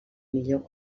millor